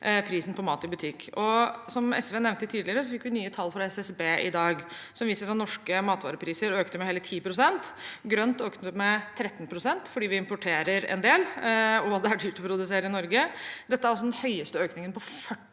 prisen på mat i butikk. Som representanten fra SV nevnte tidligere, fikk vi nye tall fra SSB i dag. De viser at norske matvarepriser økte med hele 10 pst. Prisene på grønt økte med 13 pst., fordi vi importerer en del, og det er dyrt å produsere i Norge. Dette er den høyeste økningen på 40 år.